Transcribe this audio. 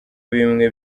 bimwe